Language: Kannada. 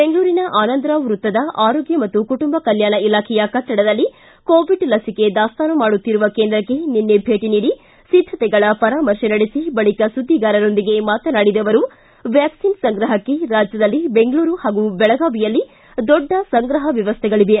ಬೆಂಗಳೂರಿನ ಆನಂದರಾವ್ ವೃತ್ತದ ಆರೋಗ್ಯ ಮತ್ತು ಕುಟುಂಬ ಕಲ್ಯಾಣ ಇಲಾಖೆಯ ಕಟ್ಟಡದಲ್ಲಿ ಕೋವಿಡ್ ಲಸಿಕೆ ದಾಸ್ತಾನು ಮಾಡುತ್ತಿರುವ ಕೇಂದ್ರಕ್ಕೆ ನಿನ್ನೆ ಭೇಟಿ ನೀಡಿ ಸಿದ್ಧತೆಗಳ ಪರಾಮರ್ಶೆ ನಡೆಸಿ ಬಳಿಕ ಸುದ್ದಿಗಾರರೊಂದಿಗೆ ಮಾತನಾಡಿದ ಅವರು ವ್ಯಾಕ್ಷಿನ್ ಸಂಗ್ರಹಕ್ಕೆ ರಾಜ್ಯದಲ್ಲಿ ಬೆಂಗಳೂರು ಹಾಗೂ ಬೆಳಗಾವಿಯಲ್ಲಿ ದೊಡ್ಡ ಸಂಗ್ರಹ ವ್ಯವಸ್ಥೆಗಳವೆ